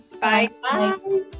Bye